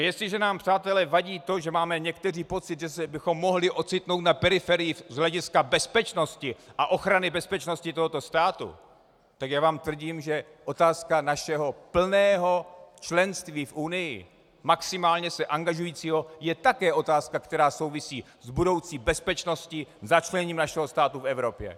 Jestliže nám, přátelé, vadí to, že máme někteří pocit, že bychom se mohli ocitnout na periferii z hlediska bezpečnosti a ochrany bezpečnosti tohoto státu, tak já vám tvrdím, že otázka našeho plného členství v Unii, maximálně se angažujícího, je také otázka, která souvisí s budoucí bezpečností, začleněním našeho státu v Evropě.